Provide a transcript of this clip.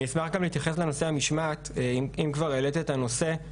אני אשמח גם להתייחס לנושא המשמעת אם כבר העלית את הנושא.